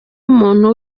umuntu